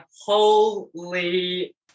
holy